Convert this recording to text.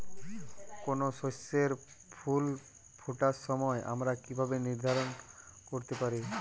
কোনো শস্যের ফুল ফোটার সময় আমরা কীভাবে নির্ধারন করতে পারি?